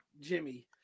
Jimmy